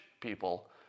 people